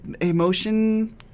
emotion